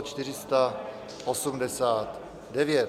489.